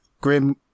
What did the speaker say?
Grim